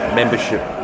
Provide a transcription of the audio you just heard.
membership